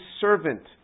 servant